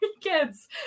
kids